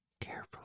Carefully